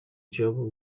jewel